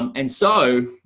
um and so,